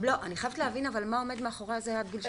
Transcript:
אבל אני חייבת להבין מה עומד מאחורי עד גיל שנתיים?